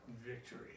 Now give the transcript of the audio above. victory